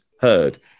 heard